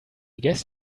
guess